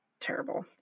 terrible